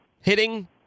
hitting